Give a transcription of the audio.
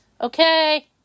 Okay